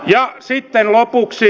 ja sitten lopuksi